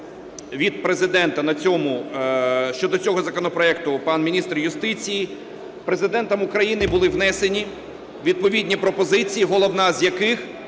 від Президента щодо цього законопроекту, пан міністр юстиції, Президентом України були внесені відповідні пропозиції, головна з яких